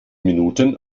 minuten